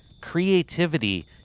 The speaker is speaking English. creativity